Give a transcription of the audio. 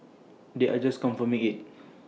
they are just confirming IT